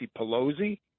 Pelosi